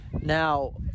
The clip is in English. Now